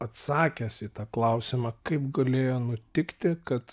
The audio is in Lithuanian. atsakęs į tą klausimą kaip galėjo nutikti kad